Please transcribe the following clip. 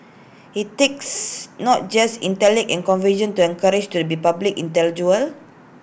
IT takes not just intellect and conviction to an courage to be A public intellectual